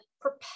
Propel